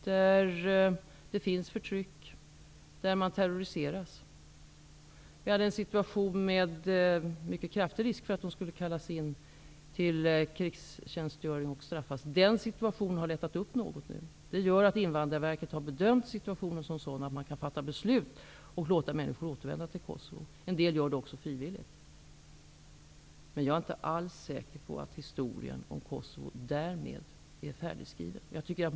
Där finns ett förtryck. Man terroriseras. Ett tag var det stor risk för att många skulle kallas in till krigstjänstgöring. Situationen har emellertid lättat något, vilket gör att Invandrarverket bedömer det som möjligt att fatta beslut om att låta människor återvända till Kosovo. En del återvänder också frivilligt. Men jag är inte alls säker på att historien om Kosovo därmed är färdigskriven.